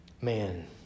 Man